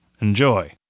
enjoy